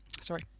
Sorry